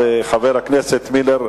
חבר הכנסת מילר,